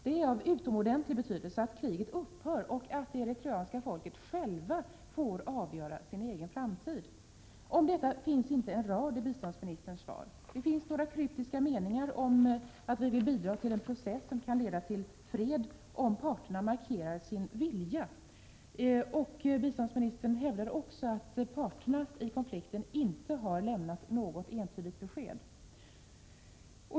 Det är av utomordentlig betydelse att kriget upphör och att det eritreanska folket självt får avgöra sin egen framtid. Om detta finns inte en rad i biståndsministerns svar utan bara några kryptiska meningar om att vi vill bidra till en process som kan leda till fred om parterna markerar sin vilja. Biståndsministern hävdar också att parterna i konflikten inte har lämnat något entydigt besked.